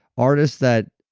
artists that.